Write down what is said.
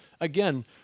again